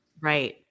Right